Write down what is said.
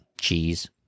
cheese